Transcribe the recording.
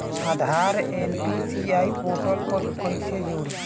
आधार NPCI portal पर कईसे जोड़ी?